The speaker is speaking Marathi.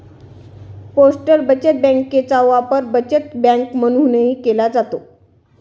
पोस्टल बचत बँकेचा वापर बचत बँक म्हणूनही केला जातो